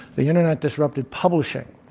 the internet disrupted publishing.